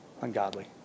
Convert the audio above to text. ungodly